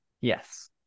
yes